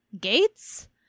gates